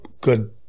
good